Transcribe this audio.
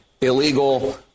illegal